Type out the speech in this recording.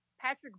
Patrick